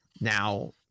Now